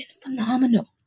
phenomenal